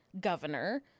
governor